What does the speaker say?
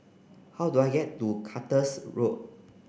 how do I get to Cactus Road